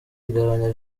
igabanya